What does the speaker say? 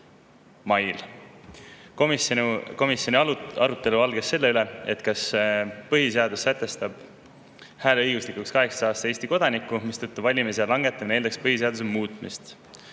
mail. Komisjoni arutelu algas selle üle, kas põhiseadus sätestab hääleõiguslikuks 18-aastase Eesti kodaniku, mistõttu valimisea langetamine eeldaks põhiseaduse muutmist.